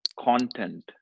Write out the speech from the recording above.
content